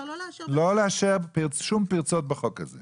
לא לאשר שום פרצות בחוק הזה.